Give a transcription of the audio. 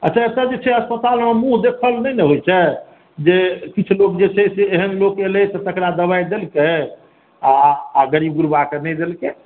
अच्छा एतऽ जे अस्पतालमे मुहँ देखन नहि ने होइ छै जे किछु लोक जे छै से एहन लोक अयलै तकरा दवाइ देलकै आ गरीब गुरबाके नहि देलकै